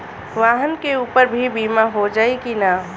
वाहन के ऊपर भी बीमा हो जाई की ना?